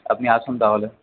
আপনি আসুন তাহলে